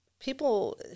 people